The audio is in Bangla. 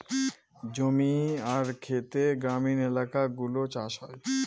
জমি আর খেতে গ্রামীণ এলাকাগুলো চাষ হয়